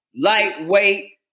Lightweight